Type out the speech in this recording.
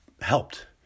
helped